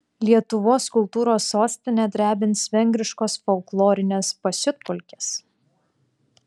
lietuvos kultūros sostinę drebins vengriškos folklorinės pasiutpolkės